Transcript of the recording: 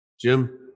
Jim